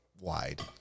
wide